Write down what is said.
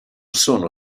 sono